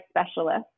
specialist